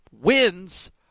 wins